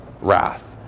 wrath